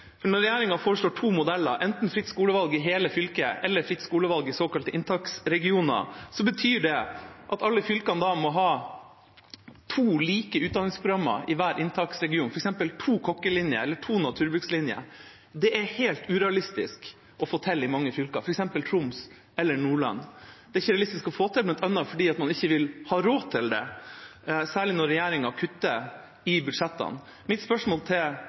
For når regjeringa foreslår to modeller, enten fritt skolevalg i hele fylket eller fritt skolevalg i såkalte inntaksregioner, betyr det at alle fylkene da må ha to like utdanningsprogrammer i hver inntaksregion, f.eks. to kokkelinjer eller to naturfaglinjer. Det er helt urealistisk å få til i mange fylker, f.eks. i Troms eller i Nordland. Det er ikke realistisk å få til, bl.a. fordi man ikke vil ha råd til det, særlig når regjeringa kutter i budsjettene. Mitt spørsmål til